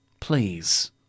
Please